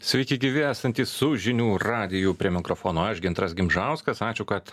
sveiki gyvi esantys su žinių radiju prie mikrofono aš gintaras gimžauskas ačiū kad